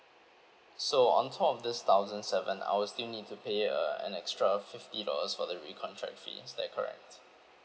so on top of this thousand seven I will still need to pay a an extra fifty dollars for the recontract fees is that correct